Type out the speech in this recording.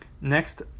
Next